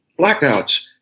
blackouts